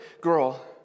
girl